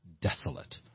desolate